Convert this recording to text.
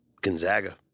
Gonzaga